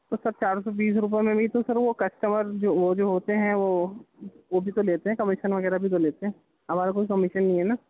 تو سر چار سو بیس روپیے میں بھی تو سر وہ کسٹمر جو وہ جو ہوتے ہیں وہ وہ بھی تو لیتے ہیں کمیشن وغیرہ بھی تو لیتے ہیں ہمارا کوئی کمیشن نہیں ہے نا